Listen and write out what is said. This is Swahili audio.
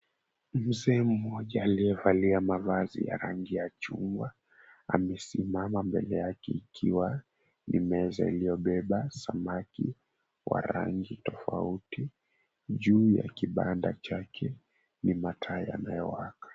Mzee mmoja aliyevalia mavazi ya rangi ya chuma, amesimama mbele yake ikiwa ni meza iliyobeba samaki wa rangi tofauti. Juu ya kibanda chake, ni mataa yanayowaka.